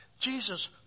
Jesus